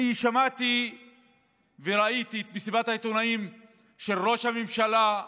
אני שמעתי וראיתי את מסיבת העיתונאים של ראש הממשלה,